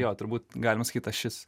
jo turbūt galima sakyt ašis